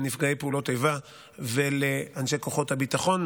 לנפגעי פעולות איבה ולאנשי כוחות הביטחון,